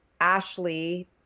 Ashley